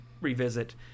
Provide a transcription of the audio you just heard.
revisit